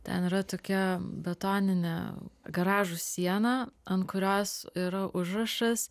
ten yra tokia betoninė garažo siena ant kurios yra užrašas